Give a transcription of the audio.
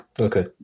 Okay